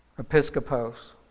Episcopos